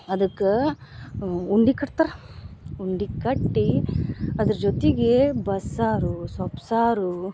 ಅದಕ್ಕೆ ಉಂಡೆ ಕಟ್ತಾರೆ ಉಂಡೆ ಕಟ್ಟಿ ಅದ್ರ ಜೊತೆಗೆ ಬಸ್ಸಾರು ಸೊಪ್ಪು ಸಾರು